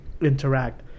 interact